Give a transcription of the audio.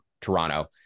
Toronto